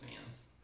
fans